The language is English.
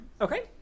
Okay